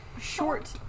short